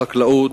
חקלאות,